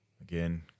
again